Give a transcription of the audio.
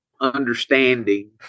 understanding